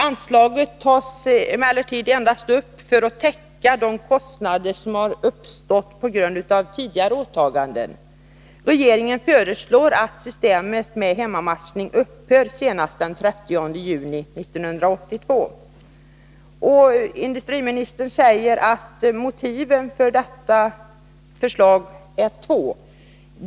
Anslaget tas emellertid endast upp för att täcka kostnader som uppstått på grund av tidigare åtaganden. Regeringen föreslår att systemet med hemmamatchning upphör senast den 30 juni 1982. Industriministern säger att motiven för detta förslag är två.